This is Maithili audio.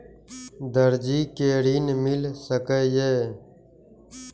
दर्जी कै ऋण मिल सके ये?